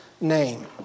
name